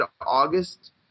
August